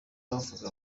bavuga